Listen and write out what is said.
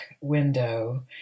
window